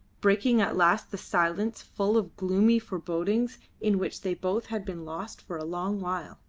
breaking at last the silence full of gloomy forebodings in which they both had been lost for a long while.